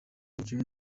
umukinnyi